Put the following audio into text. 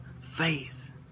faith